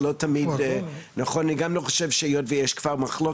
זה לא תמיד נכון ואני גם לא תמיד חושב שהיות ויש כבר מחלוקת,